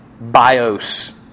bios